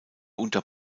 unter